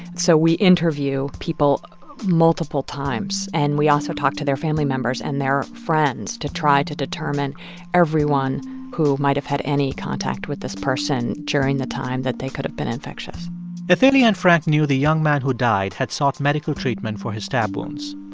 so we interview people multiple times. and we also talk to their family members and their friends to try to determine everyone who might have had any contact with this person during the time that they could've been infectious athalia and frank knew the young man who died had sought medical treatment for his stab wounds.